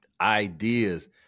ideas